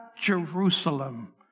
Jerusalem